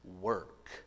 work